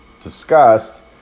discussed